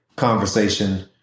conversation